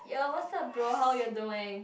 yo what's up bro how you doing